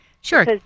Sure